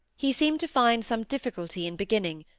he seemed to find some difficulty in beginning,